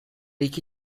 iki